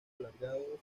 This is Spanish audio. alargado